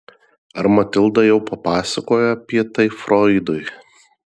ar matilda jau papasakojo apie tai froidui